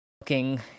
looking